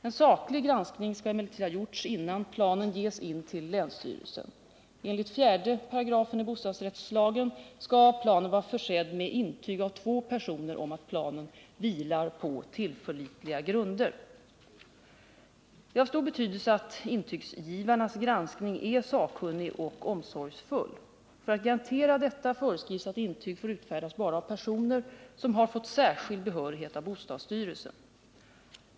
En saklig granskning skall emellertid ha gjorts innan planen ges in till länsstyrelsen. Enligt 4 § bostadsrättslagen skall planen vara försedd med intyg av två personer om att planen vilar på tillförlitliga grunder. Det är av stor betydelse att intygsgivarnas granskning är sakkunnig och omsorgsfull. För att garantera detta föreskrivs att intyg får utfärdas bara av personer som har fått särskild behörighet av bostadsstyrelsen.